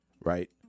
right